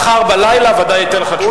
מחר בלילה בוודאי ייתן לך תשובה.